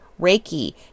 Reiki